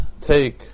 take